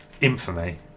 infamy